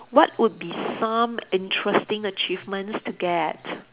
what would be some interesting achievements to get